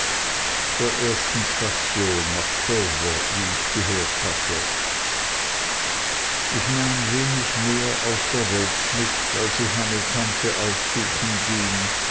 der ersten station nach dover wie ich gehört hatte ich nahm wenig mehr aus der welt mit als ich meine tante aufsuchen ging